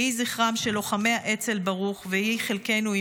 יהי זכרם של לוחמי האצ"ל ברוך, ויהי חלקנו עימם,